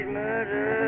murder